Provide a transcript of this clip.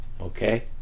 Okay